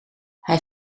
hij